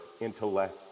intellect